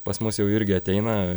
pas mus jau irgi ateina